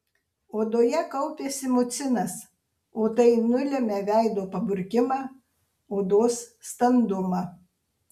odoje kaupiasi mucinas o tai nulemia veido paburkimą odos standumą